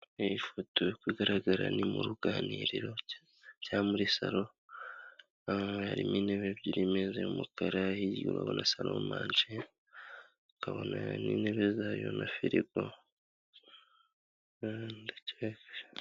Ni ifoto iri kugaragara ni mu ruganiro cyangwa muri salo, harimo intebe ebyiri, imeza y'umukara iri muri salomanje akabona n'intebe zayo na filigo.